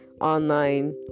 online